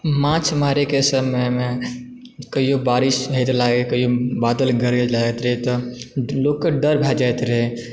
माछ मारय के समयमे कहियो बारिश नहि तऽ लागय कहियो बादल गरजि जाइत रहय त लोक के डर भए जाइत रहय